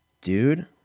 Dude